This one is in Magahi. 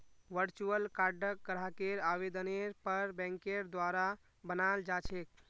वर्चुअल कार्डक ग्राहकेर आवेदनेर पर बैंकेर द्वारा बनाल जा छेक